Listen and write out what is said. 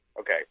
Okay